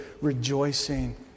rejoicing